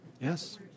Yes